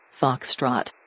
foxtrot